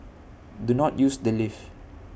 do not use the lift